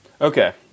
Okay